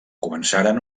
començaren